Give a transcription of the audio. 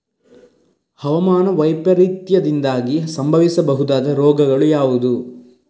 ಹವಾಮಾನ ವೈಪರೀತ್ಯದಿಂದಾಗಿ ಸಂಭವಿಸಬಹುದಾದ ರೋಗಗಳು ಯಾವುದು?